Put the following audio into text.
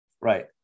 Right